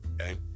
okay